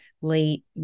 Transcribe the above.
late